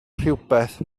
rhywbeth